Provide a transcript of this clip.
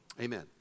amen